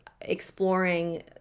exploring